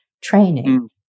training